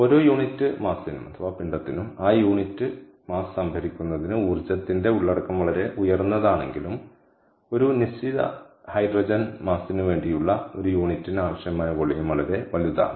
ഓരോ യൂണിറ്റ് പിണ്ഡത്തിനും ആ യൂണിറ്റ് പിണ്ഡം സംഭരിക്കുന്നതിന് ഊർജ്ജത്തിന്റെ ഉള്ളടക്കം വളരെ ഉയർന്നതാണെങ്കിലും ഒരു നിശ്ചിത ഹൈഡ്രജൻ പിണ്ഡത്തിന് വേണ്ടിയുള്ള ഒരു യൂണിറ്റിന് ആവശ്യമായ വോളിയം വളരെ വലുതാണ്